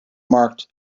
marked